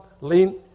lean